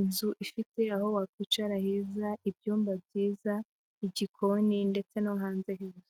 inzu ifite aho wakwicara heza, ibyumba byiza, igikoni ndetse no hanze heza.